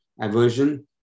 aversion